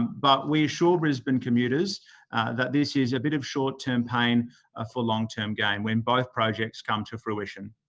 but we assure brisbane commuters that this is a bit of short-term pain for long-term gain, when both projects come to fruition.